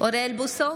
אוריאל בוסו,